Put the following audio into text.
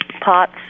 pots